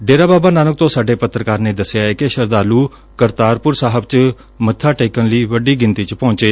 ਡੇਰਾ ਬਾਬਾ ਨਾਨਕ ਤੋਂ ਸਾਡੇ ਪੱਤਰਕਾਰ ਨੇ ਦਸਿਆ ਏ ਕਿ ਸ਼ਰਧਾਲੁ ਕਰਤਾਰਪੁਰ ਸਾਹਿਬ ਚ ਟੇਕਣ ਲਈ ਵੱਡੀ ਗਿਣਤੀ ਚ ਪੁੱਜੇ